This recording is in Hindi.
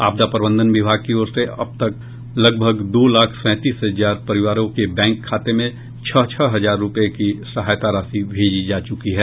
आपदा प्रबंधन विभाग की ओर से अब तक लगभग दो लाख सैंतीस हजार परिवारों के बैंक खाते में छह छह हजार रूपये की सहायता राशि भेजी आ चुकी है